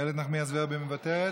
איילת נחמיאס ורבין, מוותרת?